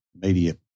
Media